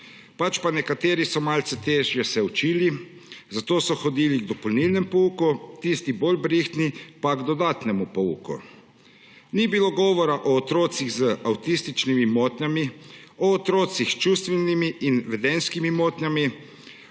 so se nekateri malce težje učili, zato so hodili k dopolnilnemu pouku, tisti bolj brihtni pa k dodatnemu pouku. Ni bilo govora o otrocih z avtističnimi motnjami, o otrocih s čustvenimi in vedenjskimi motnjami,